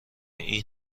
این